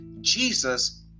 Jesus